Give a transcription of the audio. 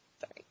Sorry